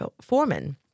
foreman